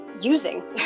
using